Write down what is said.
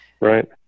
Right